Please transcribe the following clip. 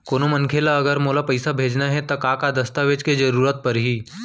कोनो मनखे ला अगर मोला पइसा भेजना हे ता का का दस्तावेज के जरूरत परही??